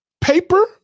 paper